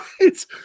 right